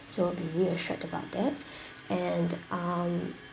so be reassured about that and um